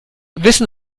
wissen